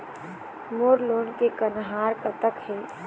मोर loan के कन्हार कतक हे?